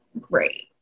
great